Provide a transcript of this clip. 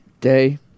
day